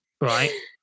right